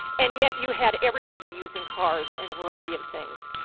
and yet you had everybody using cars and a variety of things.